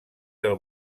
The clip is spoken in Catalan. del